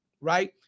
right